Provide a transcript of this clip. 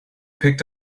picked